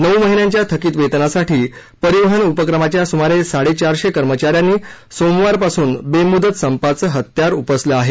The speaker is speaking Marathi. नऊ महिन्यांच्या थकीत वेतनासाठी परिवहन उपक्रमाच्या सुमारे साडेचारशे कर्मचा यांनी सोमवारपासून बेमुदत संपाचं हत्यार उपसलं आहे